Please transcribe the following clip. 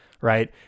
right